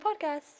podcast